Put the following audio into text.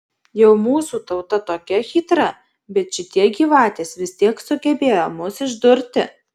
jau mūsų tauta tokia chytra bet šitie gyvatės vis tiek sugebėjo mus išdurti